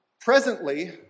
Presently